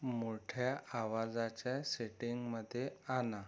मोठ्या आवाजाच्या सेटिंगमध्ये आणा